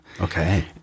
Okay